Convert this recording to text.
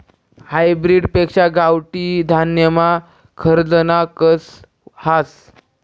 hybrid पेक्शा गावठी धान्यमा खरजना कस हास